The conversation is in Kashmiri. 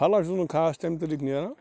پھلا چھُس نہٕ خاص کیٚنٛہہ تمہِ طریٖقہٕ نیران